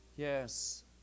Yes